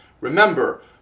remember